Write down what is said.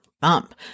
bump